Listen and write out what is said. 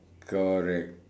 correct